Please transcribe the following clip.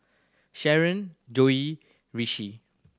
Sharen Joi Rishi